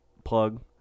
Plug